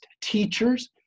teachers